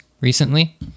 recently